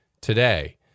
today